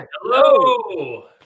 Hello